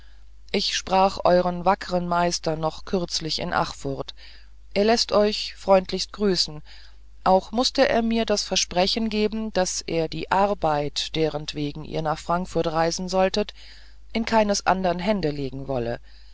ich sprach euren wackeren meister noch kürzlich in achfurth er läßt euch freundlichst grüßen auch mußte er mir das versprechen geben daß er die arbeit derenwegen ihr nach frankfurt reisen solltet in keines andern hände legen wolle